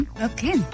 Okay